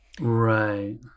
Right